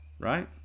right